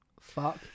Fuck